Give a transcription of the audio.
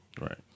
Right